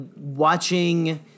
watching